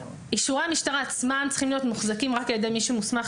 אישורי המשטרה עצמם צריכים להיות מוחזקים רק על ידי מי שמוסמך